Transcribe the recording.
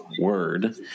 word